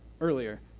earlier